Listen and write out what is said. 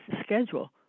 schedule